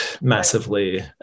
massively